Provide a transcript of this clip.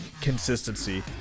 consistency